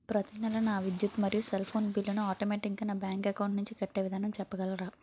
ప్రతి నెల నా విద్యుత్ మరియు సెల్ ఫోన్ బిల్లు ను ఆటోమేటిక్ గా నా బ్యాంక్ అకౌంట్ నుంచి కట్టే విధానం చెప్పగలరా?